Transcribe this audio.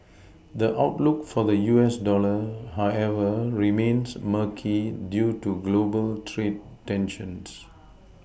the outlook for the U S dollar however remains murky due to global trade tensions